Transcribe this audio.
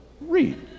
read